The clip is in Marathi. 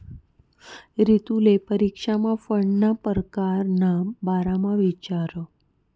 रितुले परीक्षामा फंडना परकार ना बारामा इचारं